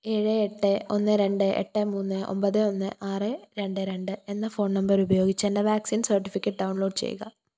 ഏഴ് എട്ട് ഒന്ന് രണ്ട് എട്ട് മൂന്ന് ഒമ്പത് ഒന്ന് ആറ് രണ്ട് രണ്ട് എന്ന ഫോൺ നമ്പർ ഉപയോഗിച്ച് എന്റെ വാക്സിൻ സർട്ടിഫിക്കറ്റ് ഡൗൺലോഡ് ചെയ്യുക